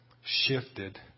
shifted